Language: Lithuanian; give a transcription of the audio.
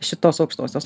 šitos aukštosios